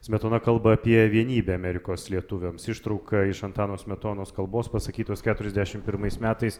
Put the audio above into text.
smetona kalba apie vienybę amerikos lietuviams ištrauka iš antano smetonos kalbos pasakytos keturiasdešim pirmais metais